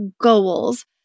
goals